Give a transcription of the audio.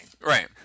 right